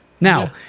Now